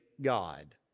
God